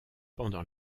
pendant